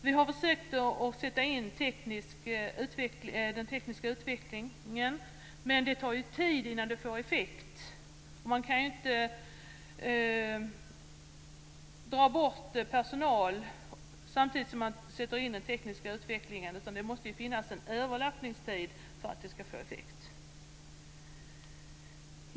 Vi har försökt att få i gång den tekniska utvecklingen, men det tar ju tid innan den får effekt. Man kan ju inte dra bort personal samtidigt som man sätter in den tekniska utvecklingen, utan det måste ju finnas en överlappningstid för att få effekt.